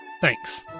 Thanks